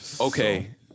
Okay